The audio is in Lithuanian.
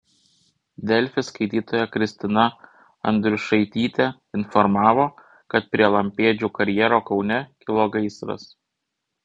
delfi skaitytoja kristina andriušaitytė informavo kad prie lampėdžių karjero kaune kilo gaisras